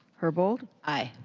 herbold. aye.